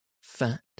fat